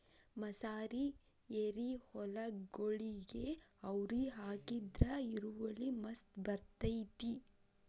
ಮಸಾರಿ ಎರಿಹೊಲಗೊಳಿಗೆ ಅವ್ರಿ ಹಾಕಿದ್ರ ಇಳುವರಿ ಮಸ್ತ್ ಬರ್ತೈತಿ